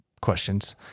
questions